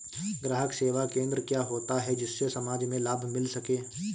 ग्राहक सेवा केंद्र क्या होता है जिससे समाज में लाभ मिल सके?